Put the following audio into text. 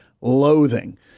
loathing